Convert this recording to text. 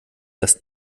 dass